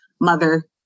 mother